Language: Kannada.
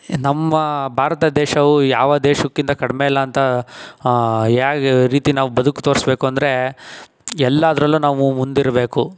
ನಮ್ಮ ಭಾರತ ದೇಶವು ಯಾವ ದೇಶಕ್ಕಿಂತ ಕಡಿಮೆ ಇಲ್ಲ ಅಂತ ಹೇಗೆ ರೀತಿ ನಾವು ಬದುಕಿ ತೋರಿಸಬೇಕು ಅಂದರೆ ಎಲ್ಲದರಲ್ಲೂ ನಾವು ಮುಂದಿರಬೇಕು